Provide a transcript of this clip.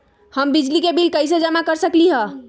हम बिजली के बिल कईसे जमा कर सकली ह?